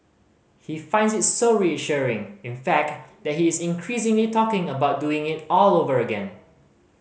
he finds it so reassuring in fact that he is increasingly talking about doing it all over again